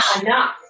enough